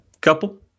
couple